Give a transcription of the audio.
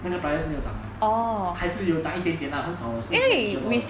那个 prices 没有涨 lah 还是有涨一点点 lah 很少而已 so it' s not visible 的